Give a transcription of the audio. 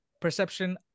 perception